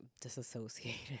disassociated